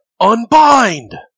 UNBIND